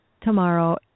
tomorrow